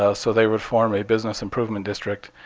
ah so they would form a business improvement district,